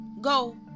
go